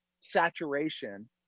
saturation